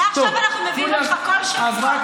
מעכשיו אנחנו מביאים אותך כל שבוע.